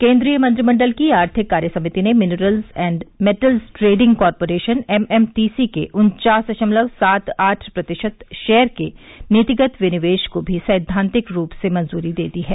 केन्द्रीय मंत्रिमंडल की आर्थिक कार्य समिति ने minerals and metals trading corporation MMTC के उन्चास दशमलव सात आठ प्रतिशत शेयर के नीतिगत विनिवेश को भी सैद्वांतिक रूप से मंजूरी दे दी है